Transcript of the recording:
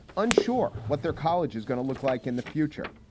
unsure what their college is going to look like in the future.